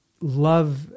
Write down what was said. love